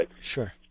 Sure